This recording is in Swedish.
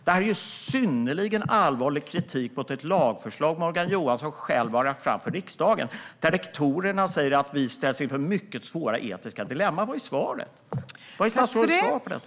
Det är synnerligen allvarlig kritik mot ett lagförslag som Morgan Johansson själv har lagt fram för riksdagen, där rektorerna säger att de ställs inför mycket svåra etiska dilemman. Vad är statsrådets svar på detta?